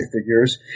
figures